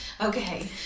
okay